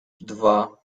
dwa